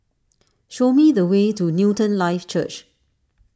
show me the way to Newton Life Church